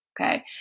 okay